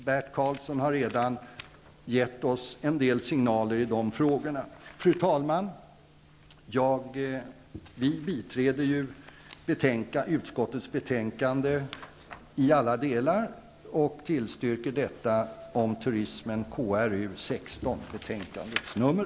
Bert Karlsson har gett oss en del signaler i de frågorna. Fru talman! Vi biträder utskottets hemställan om turism i kulturutskottets betänkande 16 och tillstyrker densamma i alla delar.